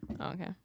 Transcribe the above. Okay